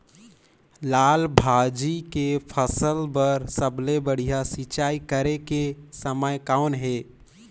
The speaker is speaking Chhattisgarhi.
लाल भाजी के फसल बर सबले बढ़िया सिंचाई करे के समय कौन हे?